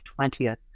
20th